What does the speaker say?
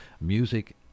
Music